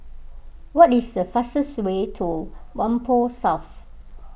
what is the fastest way to Whampoa South